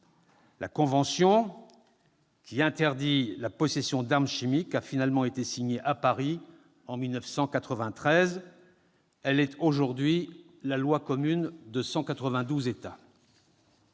La convention qui interdit la possession d'armes chimiques a finalement été signée, à Paris, en 1993. Elle est aujourd'hui la loi commune de 192 États.